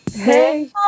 Hey